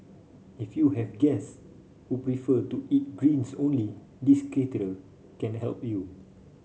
if you have guest who prefer to eat greens only this caterer can help you